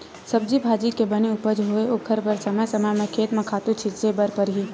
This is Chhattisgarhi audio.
सब्जी भाजी के बने उपज होवय ओखर बर समे समे म खेत म खातू छिते बर परही